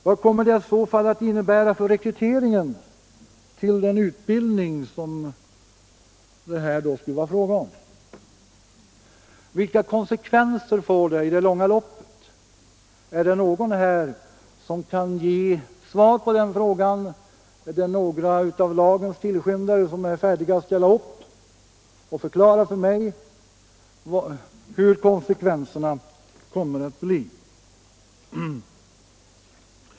Vad kommer detta i så fall att innebära för rekryteringen till den utbildning som det här är fråga om? Vilka konsekvenser får det i det långa loppet? Är det någon här som kan ge svar på den frågan? Är t.ex. någon av dagens tillskyndare färdig att ställa upp och förklara för mig vilka konsekvenserna kommer att bli?